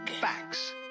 Facts